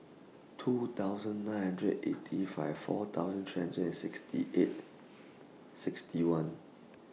two thousand nine hundred eighty five four thousand three hundred and sixty eight sixty one